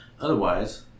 otherwise